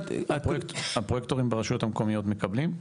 הפרויקטורים ברשויות המקומיות מקבלים?